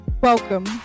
Welcome